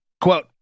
Quote